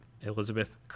Elizabeth